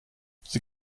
sie